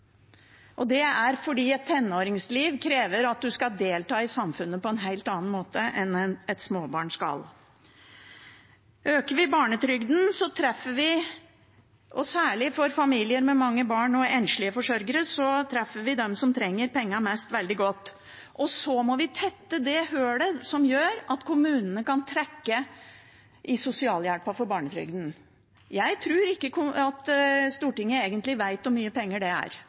Det er fordi et tenåringsliv krever at man skal delta i samfunnet på en helt annen måte enn et småbarn skal. Øker vi barnetrygden – og særlig for familier med mange barn og for enslige forsørgere – treffer vi veldig godt dem som trenger pengene mest, og så må vi tette det hullet som gjør at kommunene kan trekke for barnetrygden i sosialhjelpen. Jeg tror ikke at Stortinget egentlig vet hvor mye penger det er,